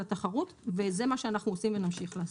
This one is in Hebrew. התחרות וזה מה שאנחנו עושים ונמשיך לעשות.